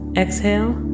exhale